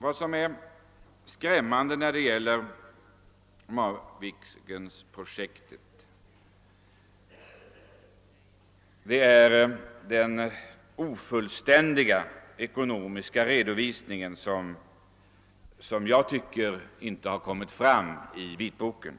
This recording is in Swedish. Vad som är skrämmande när det gäller Marvikenprojektet är ofullständigheten i den ekonomiska redovisningen, något som jag tycker inte kommit fram i vitboken.